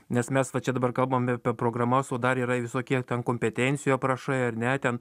nes mes va čia dabar kalbam apie programas o dar yra visokie ten kompetencijų aprašai ar ne ten